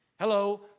Hello